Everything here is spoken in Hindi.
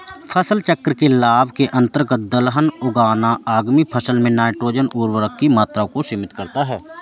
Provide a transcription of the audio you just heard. फसल चक्र के लाभ के अंतर्गत दलहन उगाना आगामी फसल में नाइट्रोजन उर्वरक की मात्रा को सीमित करता है